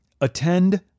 Attend